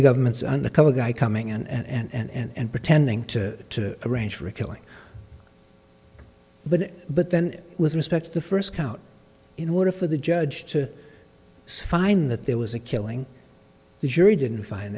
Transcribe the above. the government's undercover guy coming in and pretending to arrange for a killing but but then with respect to the first count in order for the judge to find that there was a killing the jury didn't find